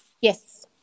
Yes